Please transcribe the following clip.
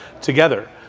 together